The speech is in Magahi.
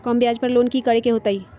कम ब्याज पर लोन की करे के होतई?